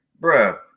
bruh